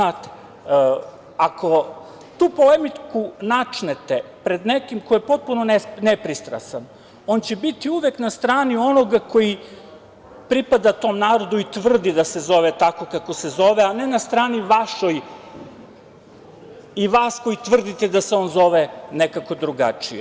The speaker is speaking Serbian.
Ako tu polemiku načnete pred nekim koje potpuno nepristrasan, on će biti uvek na strani onoga koji pripada tom narodu i tvrdi da se zove tako kako se zove, a ne na strani vašoj i vas koji tvrdite da se on zove nekako drugačije.